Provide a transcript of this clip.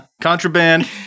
contraband